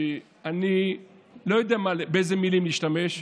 אני לא יודע באיזה מילים להשתמש.